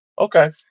Okay